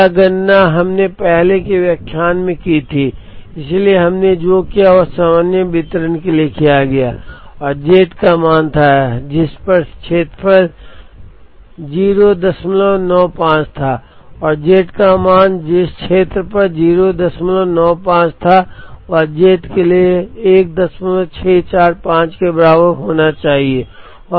यह गणना हमने पहले के व्याख्यान में की थी इसलिए हमने जो किया वह सामान्य वितरण के लिए गया और z मान था जिस पर क्षेत्रफल 095 था और z मान जिस क्षेत्र पर 095 था वह z के लिए 1645 के बराबर होना चाहिए